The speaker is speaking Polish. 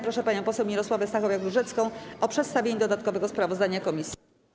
Proszę panią poseł Mirosławę Stachowiak-Różecką o przedstawienie dodatkowego sprawozdania komisji.